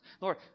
Lord